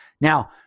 now